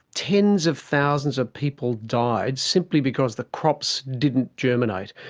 tens of thousands of people died simply because the crops didn't germinate.